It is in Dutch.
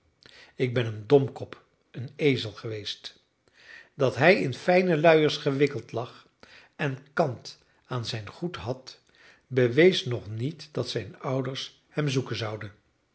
ik ben een domkop een ezel geweest dat hij in fijne luiers gewikkeld lag en kant aan zijn goed had bewees nog niet dat zijn ouders hem zoeken zouden